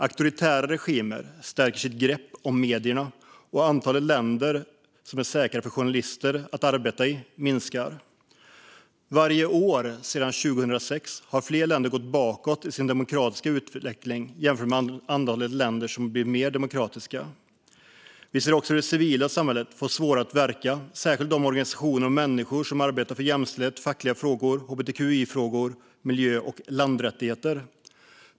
Auktoritära regimer stärker sitt grepp om medierna, och antalet länder som är säkra för journalister att arbeta i minskar. Varje år sedan 2006 har fler länder gått bakåt i sin demokratiska utveckling jämfört med antalet länder som har blivit mer demokratiska. Vi ser också hur det civila samhället får svårare att verka, särskilt de organisationer och människor som arbetar för jämställdhet, fackliga frågor, hbtqi-frågor, miljö och landrättigheter.